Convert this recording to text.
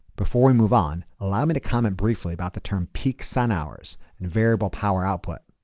before we move on, allow me to comment briefly about the term peak sun hours and variable power output.